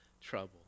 trouble